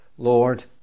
Lord